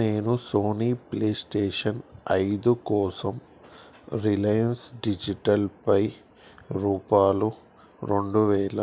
నేను Sony PlayStation ఐదు కోసం రిలయన్స్ డిజిటల్పై రూపాయలు రెండు వేల